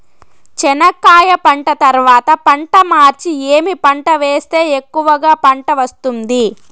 చెనక్కాయ పంట తర్వాత పంట మార్చి ఏమి పంట వేస్తే ఎక్కువగా పంట వస్తుంది?